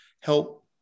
help